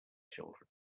children